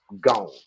gone